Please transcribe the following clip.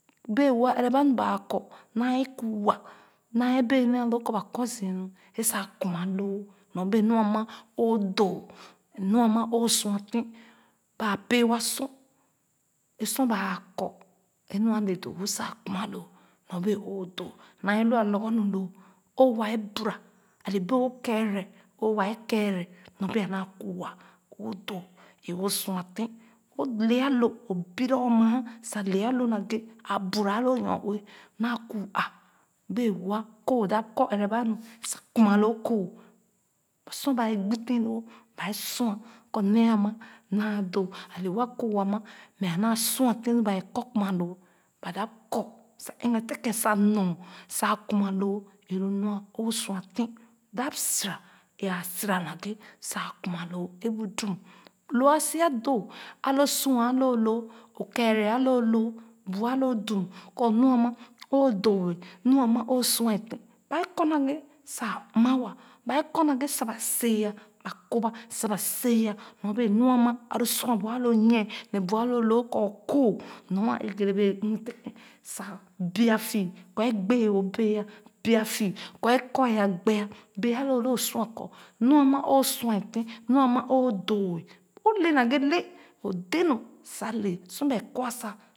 Bee woa ɛrɛ ba nu ba kɔ naa ee kuu wa naa bee nee a lo kɔ ba kɔ zii nu ee sa a kuma loo nyɔbee nu ama o doo nu ama o sua tèn ba pèè ee sor baa kɔ ee nu a le doo-wo sa kuma loo nyɔbee o doo naa ee lu a lorgor loo o waa bura a le bee o kɛɛrɛ o waa kɛɛrɛ nyɔ bee a naa kuu o wo doo ee o sua tèn o le a lo o bira o maa sa le a lo naghe aa bura a loo nyɔ-ue naa kuu ah bee woa kooh dap kɔ ɛrɛ ba nu sa kuma loo koh sor ba ee gbi tèn loo ba ee sua kɔ nee a ma naa doo a le wa kooh ama mɛ a naa sua tèn nu ba yɛ kɔ kuma ba dap kɔ sa ɛghe tèn kèn sa nor sa a kuma loo ee lo nu o sua tèn dap sura ee āā sira doo a loo sua a lo loo o kɛɛrɛ a lo loo bu a lo dum kɔ nu a ma o doo nu a ma o sua tèn ba ee kɔ naghe sa a m ma wa ba ee kɔ naghe sa ba sean‘ ba korba sa ba sean nyɔ bee nu a ma a lo sua bu a lo nyie ne bu alo loo kɔ o kooh nu a ɛgɛrɛ bee ɛgh’-tèn kèn sa bua fii kɔ ee gbea o bee bua fii kɔ ee kɔ a gbea bee a lo loo o sua kɔ nu a ma o sua tèn nu ama o doo ah o le naghe le o dɛɛ nu sa le sor ba kɔ sa